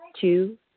Two